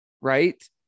right